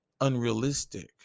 unrealistic